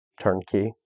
turnkey